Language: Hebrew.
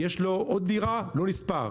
יש לו עוד דירה, לא נספר.